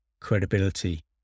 credibility